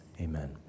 amen